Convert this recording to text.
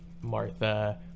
Martha